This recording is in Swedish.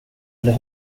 eller